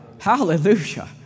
Hallelujah